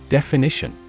Definition